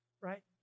Right